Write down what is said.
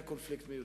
היה קונפליקט מיותר.